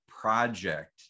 project